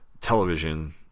television